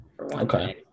Okay